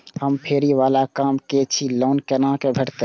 हम फैरी बाला काम करै छी लोन कैना भेटते?